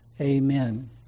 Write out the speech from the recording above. amen